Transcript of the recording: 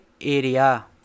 area